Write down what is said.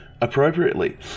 appropriately